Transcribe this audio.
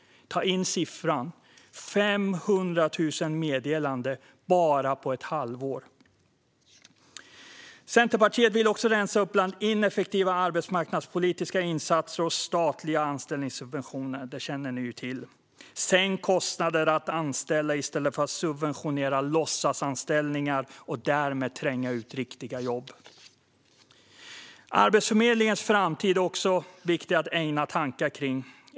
Ta in siffran: 500 000 meddelanden på bara ett halvår! Centerpartiet vill också rensa upp bland ineffektiva arbetsmarknadspolitiska insatser och statliga anställningssubventioner. Det känner ni ju till. Sänk kostnaden för att anställa i stället för att subventionera låtsasanställningar och därmed tränga ut riktiga jobb! Arbetsförmedlingens framtid är också viktig att ägna tankar åt.